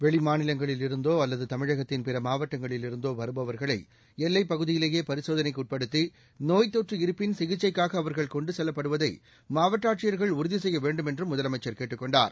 வெளிமாநிலங்களில் இருந்தோ அல்லது தமிழகத்தின் பிற மாவட்டங்களில் இருந்தோ வருபவா்களை எல்லைப் பகுதியிலேயே பரிசோதனைக்குட்படுத்தி நோய்த்தொற்று இருப்பின் சிகிச்சைக்காக அவா்கள் கொண்டு செல்லப்படுவதை மாவட்ட ஆட்சியர்கள் உறுதி செய்ய வேண்டும் என்றும் முதலமைச்ச் கேட்டுக் கொண்டார்